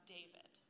David